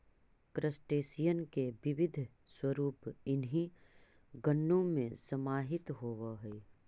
crustacean के विविध स्वरूप इन्हीं गणों में समाहित होवअ हई